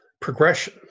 progression